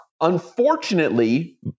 unfortunately